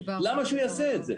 למה שהוא יעשה את זה?